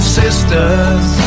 sisters